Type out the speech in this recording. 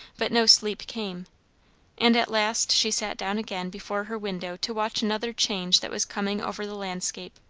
but no sleep came and at last she sat down again before her window to watch another change that was coming over the landscape.